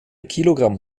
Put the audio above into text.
kilogramm